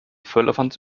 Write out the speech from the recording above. firlefanz